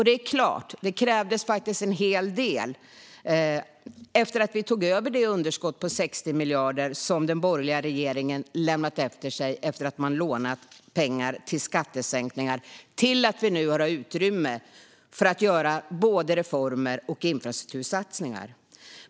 Det är klart - det krävdes faktiskt en hel del. Vi har gått från att ta över det underskott på 60 miljarder som den borgerliga regeringen lämnat efter sig efter att man lånat pengar till skattesänkningar till att nu ha utrymme för att göra såväl reformer som infrastruktursatsningar.